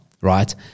right